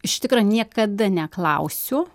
iš tikro niekada neklausiu